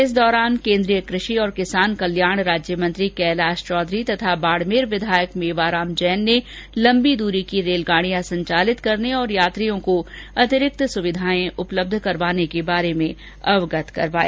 इस दौरान केन्द्रीय कृषि और किसान कल्याण राज्यमंत्री कैलाश चौधरी तथा बाड़मेर विधायक मेवाराम जैन ने लम्बी दूरी की रेलगाड़ियां संचालित करने तथा यात्रियों को अतिरिक्त सुविधाएं उपलब्ध करवाने के बारे में अवंगत करवाया